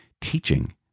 teaching